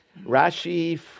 Rashi